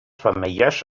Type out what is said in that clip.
femelles